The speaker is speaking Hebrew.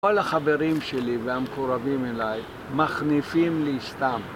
כל החברים שלי והמקורבים אליי מחניפים לי סתם.